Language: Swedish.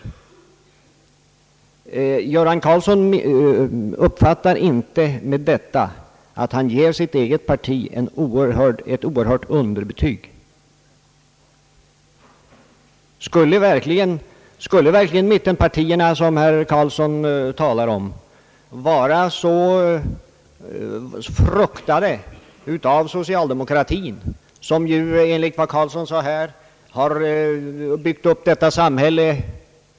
Herr Göran Karlsson tycks inte förstå att han ger sitt eget parti ett klart underbetyg med sitt tal. Skulle verkligen mittenpartierna vara så fruktade av socialdemokratin, som ju, enligt vad herr Karlsson sade, byggt upp detta samhälle?